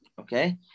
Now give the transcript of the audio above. okay